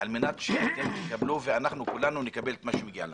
כדי שתקבלו וכולנו נקבל את מה שמגיע לנו.